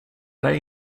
dig